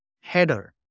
header